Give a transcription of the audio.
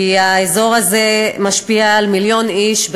כי האזור הזה משפיע על מיליון איש,